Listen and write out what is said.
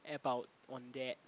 about on that